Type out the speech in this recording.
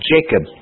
Jacob